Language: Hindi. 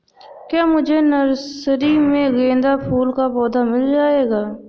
क्या मुझे नर्सरी में गेंदा फूल का पौधा मिल जायेगा?